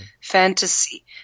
fantasy